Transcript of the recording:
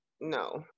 no